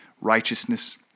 righteousness